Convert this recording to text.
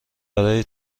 برای